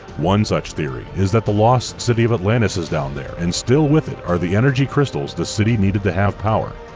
one such theory is that the lost city of atlantis is down there and still with it are the energy crystals the city needed to have power.